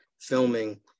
filming